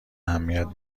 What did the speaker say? اهمیت